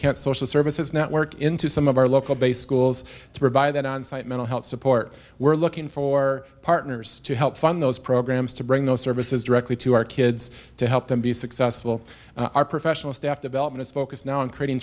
can't social services network into some of our local base schools to provide that onsite mental health support we're looking for partners to help fund those programs to bring those services directly to our kids to help them be successful our professional staff development is focused now